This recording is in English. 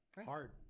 Hard